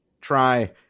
try